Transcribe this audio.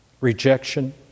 rejection